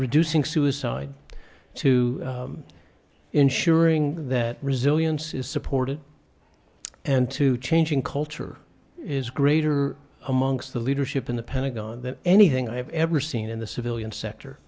reducing suicide to ensuring that resilience is supported and to changing culture is greater amongst the leadership in the pentagon than anything i have ever seen in the civilian